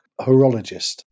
horologist